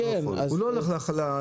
הוא לא הלך לחלשים.